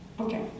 Okay